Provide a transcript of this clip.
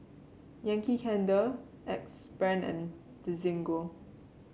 Yankee Candle Axe Brand and Desigual